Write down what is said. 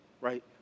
right